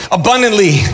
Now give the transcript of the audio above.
abundantly